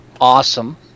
awesome